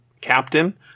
captain